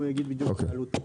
הוא יגיד בדיוק את העלות.